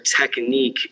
technique